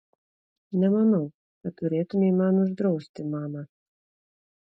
nemanau kad turėtumei man uždrausti mama